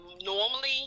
Normally